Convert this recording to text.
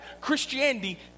Christianity